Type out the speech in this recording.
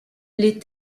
les